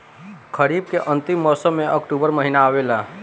खरीफ़ के अंतिम मौसम में अक्टूबर महीना आवेला?